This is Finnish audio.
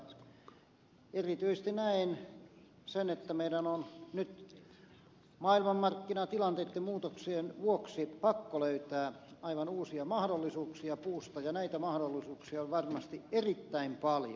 erityisesti näen sen että meidän on nyt maailmanmarkkinatilanteitten muutoksien vuoksi pakko löytää aivan uusia mahdollisuuksia puusta ja näitä mahdollisuuksia on varmasti erittäin paljon